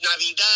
Navidad